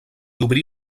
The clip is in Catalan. obrí